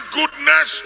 goodness